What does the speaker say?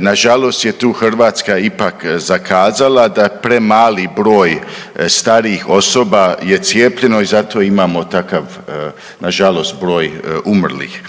nažalost je tu Hrvatska ipak zakazala da premali broj starijih osoba je cijepljeno i zato imamo takav nažalost broj umrlih.